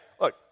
look